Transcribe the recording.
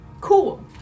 Cool